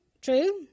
true